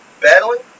battling